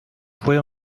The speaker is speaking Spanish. fue